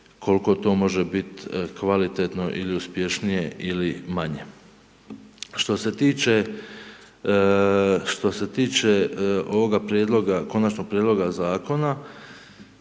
koliko to može biti kvalitetno ili uspješnije ili manje. Što se tiče, što se tiče ovoga prijedloga,